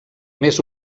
més